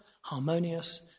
harmonious